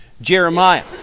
Jeremiah